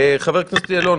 חבר הכנסת יעלון,